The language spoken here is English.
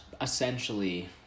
essentially